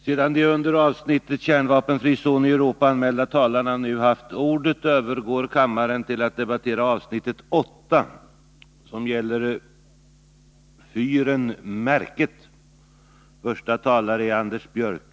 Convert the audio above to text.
Sedan de under avsnittet Utförsel av använt kärnbränsle anmälda talarna nu haft ordet övergår kammaren till att debattera avsnitt 11: Vissa frågor rörande den statliga affärsverksamheten.